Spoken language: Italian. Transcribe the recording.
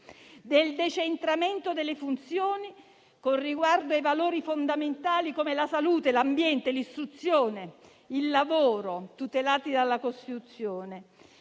del decentramento delle funzioni con riguardo a valori fondamentali come la salute, l'ambiente, l'istruzione, il lavoro, valori tutelati dalla Costituzione.